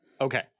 Okay